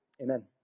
Amen